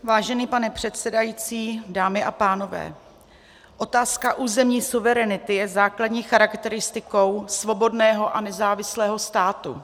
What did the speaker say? Vážený pane předsedající, dámy a pánové, otázka územní suverenity je základní charakteristikou svobodného a nezávislého státu.